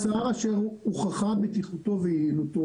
כל מוצר אשר הוכחה בטיחותו ויעילותו,